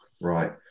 Right